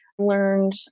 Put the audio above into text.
learned